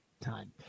time